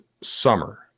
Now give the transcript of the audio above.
summer